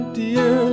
dear